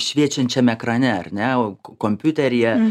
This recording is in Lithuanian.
šviečiančiam ekrane ar ne o ko kompiuteryje